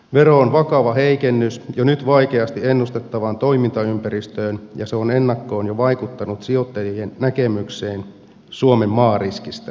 vero on vakava heikennys jo nyt vaikeasti ennustettavaan toimintaympäristöön ja se on ennakkoon jo vaikuttanut sijoittajien näkemykseen suomen maariskistä